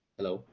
Hello